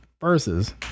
versus